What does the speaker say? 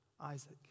Isaac